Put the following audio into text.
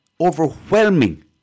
overwhelming